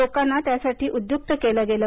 लोकांना त्यासाठी उद्युक्त केलं गेलं